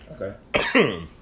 Okay